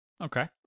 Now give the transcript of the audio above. Okay